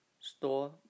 store